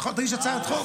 אתה יכול להגיש הצעת חוק.